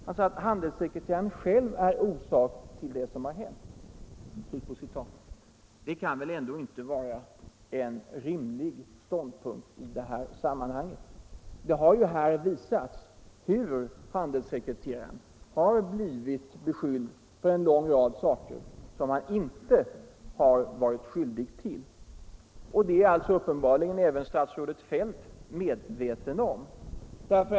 Han sade att handelssekreteraren = Nr 70 själv är orsak till det som hänt. Det kan väl ändå joe vara en rimlig Tisdagen den ståndpunkt i det här sammanhanget. Det har här visats hur handels 29 april 1975 sekreteraren har blivit beskylld för en lång rad saker som han inte varit skyldig till. Det är alltså uppenbarligen även statsrådet Feldt medveten — Granskning av om.